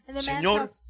Señor